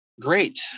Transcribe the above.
Great